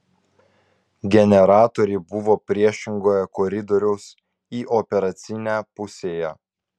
generatoriai buvo priešingoje koridoriaus į operacinę pusėje